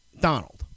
Donald